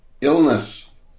illness